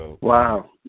Wow